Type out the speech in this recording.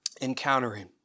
encountering